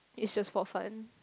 it should for fun